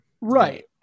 right